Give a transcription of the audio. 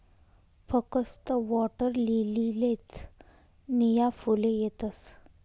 फकस्त वॉटरलीलीलेच नीया फुले येतस